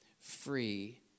free